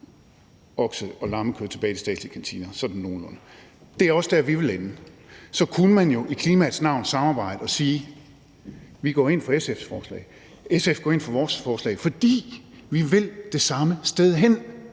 har okse- og lammekød tilbage i de statslige kantiner, sådan nogenlunde. Det er også der, vi vil ende. Så kunne man jo i klimaets navn samarbejde og sige, at vi går ind for SF's forslag og SF går ind for vores forslag, fordi vi vil det samme sted hen.